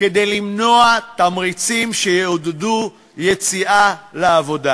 כדי למנוע תמריצים שיעודדו יציאה לעבודה,